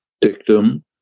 dictum